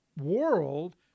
world